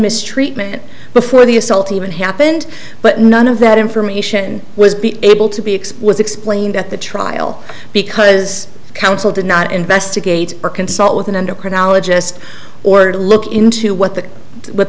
mistreatment before the assault even happened but none of that information was being able to be explicit explained at the trial because counsel did not investigate or consult with an endocrinologist or to look into what the what